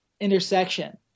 intersection